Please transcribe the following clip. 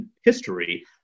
history